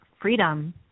freedom